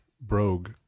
brogue